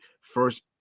first